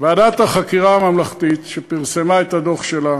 ועדת החקירה הממלכתית שפרסמה את הדוח שלה